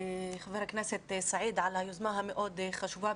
חבר הכנסת סעיד על היוזמה המאוד חשובה.